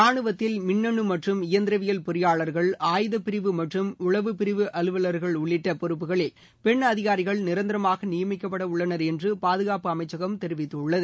ரானுவத்தில் மின்னனு மற்றும் இயந்திரவியல் பொறியாளர்கள் ஆயுதப்பிரிவு மற்றும் உளவுபிரிவு அலுவல்கள் உள்ளிட்ட பொறுப்புகளில் பெண் அதிகாரிகள் நிரந்தரமாக நியமிக்கப்பட உள்ளனர் என்று பாதுகாப்பு அமைச்சகம் தெரிவித்துள்ளது